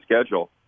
schedule